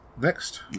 Next